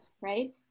right